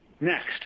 Next